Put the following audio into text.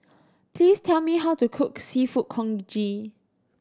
please tell me how to cook Seafood Congee